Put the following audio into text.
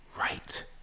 right